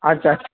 আচ্ছা আছ্